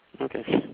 Okay